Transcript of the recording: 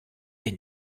les